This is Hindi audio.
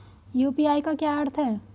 यू.पी.आई का क्या अर्थ है?